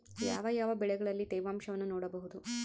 ಯಾವ ಯಾವ ಬೆಳೆಗಳಲ್ಲಿ ತೇವಾಂಶವನ್ನು ನೋಡಬಹುದು?